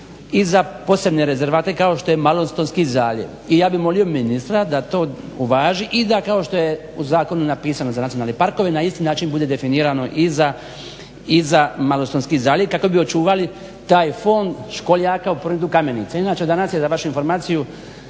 za posebne rezervate kao što je Malostonski zaljev i ja bio molio ministra da to uvaži i da kao što je u zakonu napisano za nacionalne parkove na isti način bude definirano i za Malostonski zaljev kako bi očuvali taj fond školjaka u …/Govornik se ne razumije/… kamenica. Inače danas je da dam informaciju